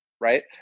right